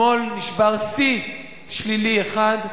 אתמול נשבר שיא שלילי אחד,